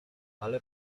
ale